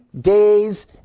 days